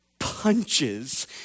punches